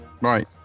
Right